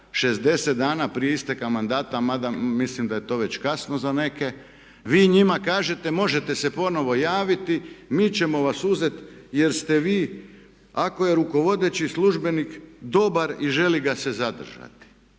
60 dana prije isteka mandata mada mislim da je to već kasno za neke vi njima kažete možete se ponovo javiti. Mi ćemo vas uzet jer ste vi, ako je rukovodeći službenik dobar i želi ga se zadržati.